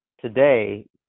today